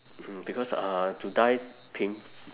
mm because uh to die painf~